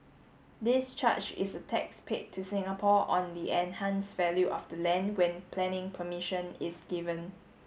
this charge is a tax paid to Singapore on the enhanced value of the land when planning permission is given